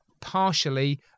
partially